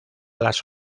las